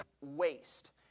waste